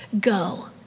go